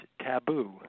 taboo